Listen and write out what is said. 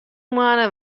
moanne